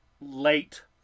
late